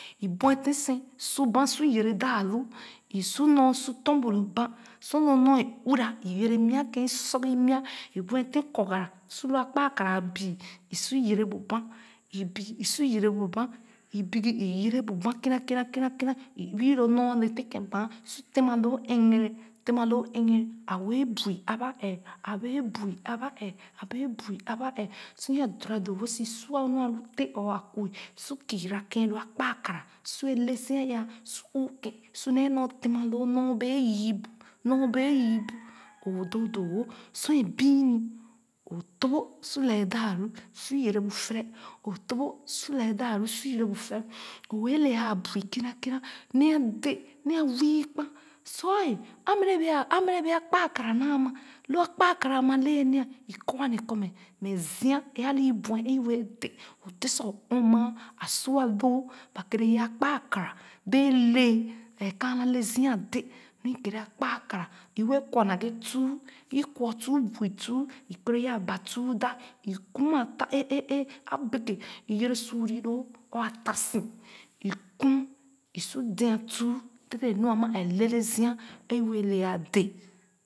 E bueten sén su bann su yɛrɛ daalu i su nɔr su tɔn bu loo bani sor loo nɔr ee uihra ee yɛrɛ nwa kèn i sor sorgor i mua ee buete korgara su lo a kpa-a-kara bii ee su yɛrɛ bu bani ibugi i su yɛrɛ bu bani kina kina kina kina i bi lo nɔr a le tɛ̃kèn bani su tema loo ɛgɛnee tema loo ɛgɛnee awɛɛ bui aba ɛɛh a wɛɛ bui aba ɛɛh a wɛɛ bui aba ɛɛh sor yaah doo ra doo-wo si su nu a lo tèn or nkuɛ su kiira kèn loo akpa-a-kara i su ye lesi a ya su ɔɔ kèn su nee nɔr tema loo nɔr bee yii bu nɔr bee yii bu o dum doo-wo su ee bii-m o tòp bo su lɛɛ daalu su yɛrɛ bu fɛrɛ o tòp bo su lɛɛ daan su yɛrɛ bu fɛrɛ o wɛɛ le aa bui kina kina nee a dē nee a wii kpan su iye a mɛ bee a mɛ bee akpa-a-kara naa ma lo a kpa-a-kara a ma lɛɛ nya i kɔ wan nee kɔ mɛ zii ee a wi buee ee i wɛɛ dē o dē sa o ɔɔ-maa a su a loo ba keeri ye akpa-a-kara bee lee eeh kaana le zia a dē nu i keen akpa-a-kara i wɛɛ kwɔ naghe tuū n i tuūn bui tuun i keeri ye a ba tuun dan i kum a ta een een een a bekè i yɛrɛ suuri loo or a tasi i kum o su dēē tuun dèdèn nu ama ɛɛh lele zia ee iwɛɛ le a dē.